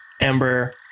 Ember